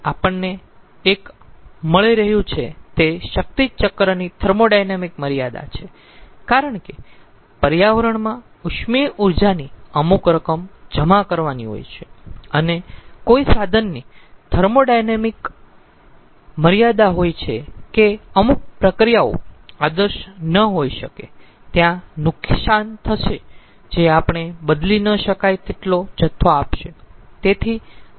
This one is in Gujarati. આપણને એક મળી રહ્યું છે તે શક્તિ ચક્રની થર્મોોડાયનેમિક મર્યાદા છે કારણ કે પર્યાવરણમાં ઉષ્મીય ઊર્જાની અમુક રકમ જમા કરવાની હોય છે અને કોઈ સાધનની થર્મોોડાયનેમિક મર્યાદા હોય છે કે અમુક પ્રક્રિયાઓ આદર્શ ન હોઈ શકે ત્યાં નુકસાન થશે જે આપણે બદલી ન શકાય તેટલો જથ્થો આપશે